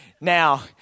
now